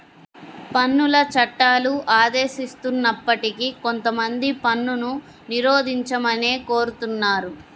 పన్నుల చట్టాలు ఆదేశిస్తున్నప్పటికీ కొంతమంది పన్నును నిరోధించమనే కోరుతున్నారు